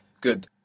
Good